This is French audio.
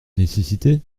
nécessité